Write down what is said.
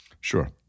sure